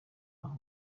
aho